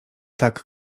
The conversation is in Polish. tak